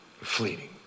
Fleeting